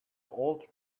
old